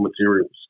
materials